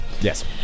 Yes